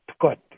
Good